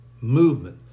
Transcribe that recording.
movement